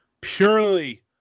purely